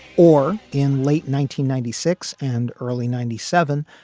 or in late ninety ninety six and early ninety seven,